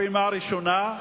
הפעימה הראשונה.